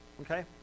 Okay